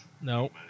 no